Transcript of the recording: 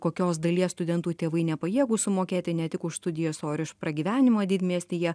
kokios dalies studentų tėvai nepajėgūs sumokėti ne tik už studijas o ir už pragyvenimo didmiestyje